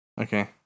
Okay